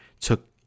took